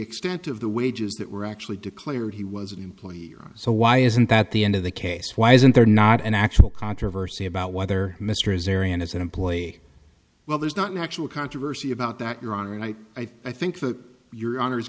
extent of the wages that were actually declared he was an employee or so why isn't that the end of the case why isn't there not an actual controversy about whether mr is ariane as an employee well there's not an actual controversy about that your honor and i i think that your honor is